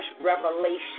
revelation